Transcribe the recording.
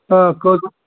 کٔژ